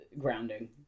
grounding